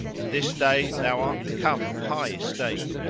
and this day thou art become of high estate.